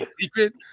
secret